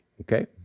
Okay